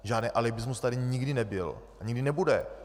Žádný alibismus tady nikdy nebyl a nikdy nebude.